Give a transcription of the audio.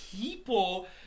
people